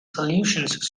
solutions